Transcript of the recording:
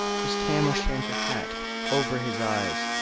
his tam-o'-shanter hat over his eyes,